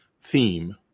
theme